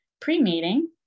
pre-meeting